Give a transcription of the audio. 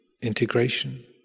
integration